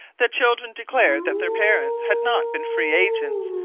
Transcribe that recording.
the children declared that their parents had not been free agents,